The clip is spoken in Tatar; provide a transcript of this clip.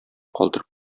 калдырып